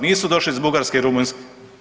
Nisu došli iz Bugarske i Rumunjske.